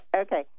Okay